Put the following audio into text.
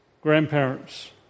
grandparents